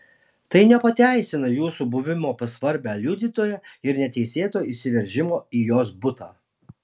tai nepateisina jūsų buvimo pas svarbią liudytoją ir neteisėto įsiveržimo į jos butą